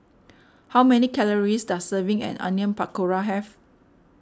how many calories does serving an Onion Pakora have